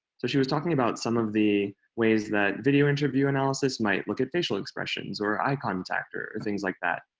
so she was talking about some of the ways that video interview analysis might look at facial expressions, or eye contact, or things like that.